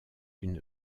une